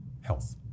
health